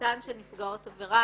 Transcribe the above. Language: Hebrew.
בחשיפתן של נפגעות עבירה,